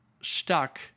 stuck